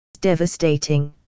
devastating